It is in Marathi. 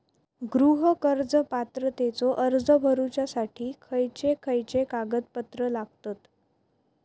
गृह कर्ज पात्रतेचो अर्ज भरुच्यासाठी खयचे खयचे कागदपत्र लागतत?